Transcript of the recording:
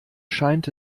scheint